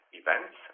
events